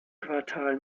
quartal